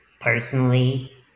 personally